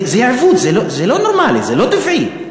זה אבוד, זה לא נורמלי, זה לא טבעי.